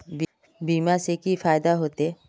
बीमा से की फायदा होते?